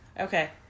Okay